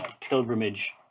pilgrimage